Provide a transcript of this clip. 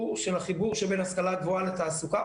של החיבור שבין השכלה גבוהה לתעסוקה,